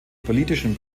politischen